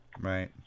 Right